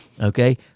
Okay